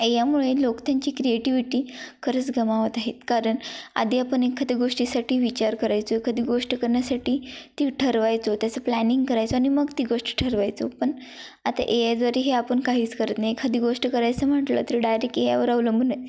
ए यामुळे लोक त्यांची क्रिएटिव्हिटी खरंच गमावत आहेत कारण आधी आपण एखादी गोष्टीसाठी विचार करायचो एखादी गोष्ट करण्यासाठी ती ठरवायचो त्याचं प्लॅनिंग करायचो आणि मग ती गोष्ट ठरवायचो पण आता ए आद्वारे हे आपण काहीच करत नाही एखादी गोष्ट करायचं म्हटलं तर डायरेक्ट ए आवर अवलंबून आहे